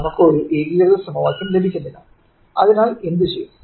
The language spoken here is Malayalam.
നമുക്ക് ഒരു ഏകീകൃത സമവാക്യം ലഭിക്കുന്നില്ല അതിനാൽ എന്തു ചെയ്യും